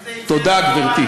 תודה, גברתי.